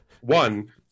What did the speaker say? One –